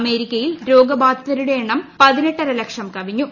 അമേരിക്കയിൽ രോഗബാധിതരുടെ എണ്ണം പതിനെട്ടര ലക്ഷം കവിഞ്ഞു